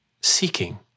seeking